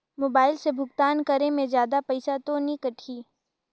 Mobile से भुगतान करे मे जादा पईसा तो नि कटही?